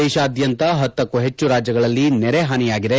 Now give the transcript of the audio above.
ದೇಶಾದ್ಗಂತ ಪತ್ತಕ್ಕೂ ಹೆಚ್ಚು ರಾಜ್ಯಗಳಲ್ಲಿ ನೆರೆಹಾನಿ ಆಗಿದೆ